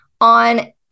on